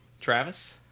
Travis